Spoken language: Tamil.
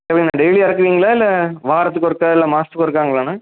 சரிங்கண்ணா டெய்லி இறக்குவீங்களா இல்லை வாரத்துக்கு ஒருக்கா இல்லை மாதத்துக்கு ஒருக்காங்களாண்ணா